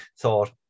thought